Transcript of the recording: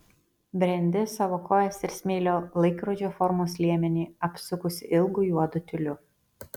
brendi savo kojas ir smėlio laikrodžio formos liemenį apsukusi ilgu juodu tiuliu